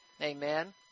Amen